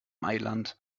mailand